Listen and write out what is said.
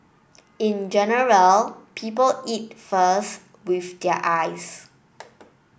in general people eat first with their eyes